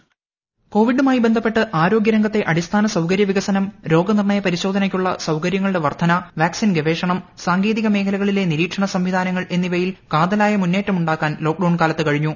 voice കോവിഡുമായി ബന്ധപ്പെട്ട് ആരോഗ്യരംഗത്തെ അടിസ്ഥാന സൌകര്യ വികസനം രോഗ നിർണയ പരിശോധനയ്ക്കുള്ള സൌകര്യങ്ങളുടെ വർദ്ധന വാക്സിൻ ഗവേഷണം സാങ്കേതിക മേഖലകളിലെ നിരീക്ഷണ സംവിധാനങ്ങൾ എന്നിവയിൽ കാതലായ മുന്നേറ്റമുണ്ടാക്കാൻ ലോക്ഡൌൺ പ്പ് കൊലത്തു കഴിഞ്ഞു